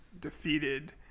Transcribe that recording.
defeated